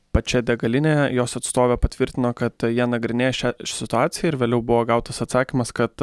pačia degaline jos atstovė patvirtino kad jie nagrinės šią situaciją ir vėliau buvo gautas atsakymas kad